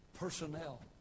Personnel